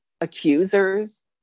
accusers